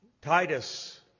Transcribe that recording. Titus